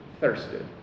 thirsted